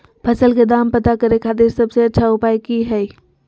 फसल के दाम पता करे खातिर सबसे अच्छा उपाय की हय?